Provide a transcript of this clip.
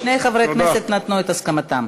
שני חברי הכנסת נתנו את הסכמתם.